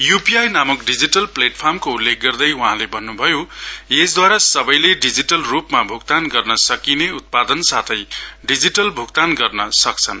you P I नामक digital प्लेटफार्मको उल्लेख गर्दै वहाँले भन्नु भयो यसद्वारा सबैले डिजिटल रुपमा भूक्तान गर्न सकिने उत्पादन साथै डिजिटल भूक्तान गर्न सक्छन्